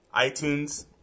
iTunes